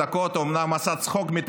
הכנסת: בואו נבטל את הכנסת.